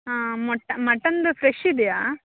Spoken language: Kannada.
ಹಾಂ ಮೊಟ್ಟ ಮಟನ್ದು ಫ್ರೆಶ್ ಇದೆಯಾ